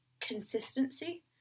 consistency